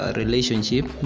relationship